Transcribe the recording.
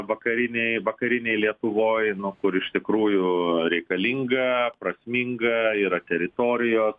vakarinėj vakarinėj lietuvoj nu kur iš tikrųjų reikalinga prasminga yra teritorijos